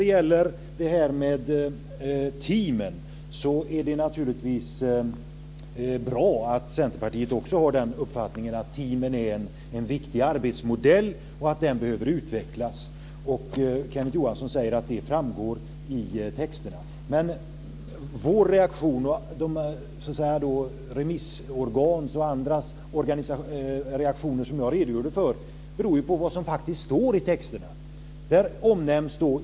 Det är bra att Centerpartiet också har den uppfattningen att teamen är en viktig arbetsmodell och att den behöver utvecklas. Kenneth Johansson säger att det framgår av texterna. Men vår och remissinstansernas reaktion beror på vad som faktiskt står i texterna.